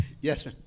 Yes